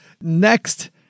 Next